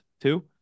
two